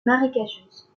marécageuses